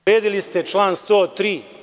Povredili ste član 103.